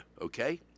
Okay